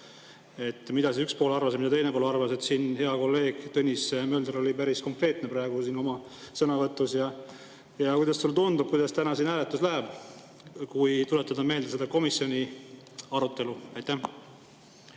Mida üks pool arvas ja mida teine pool arvas? Hea kolleeg Tõnis Mölder oli päris konkreetne praegu oma sõnavõtus. Kuidas sulle tundub, kuidas täna siin hääletus läheb, kui tuletada meelde seda komisjoni arutelu? Aitäh!